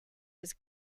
was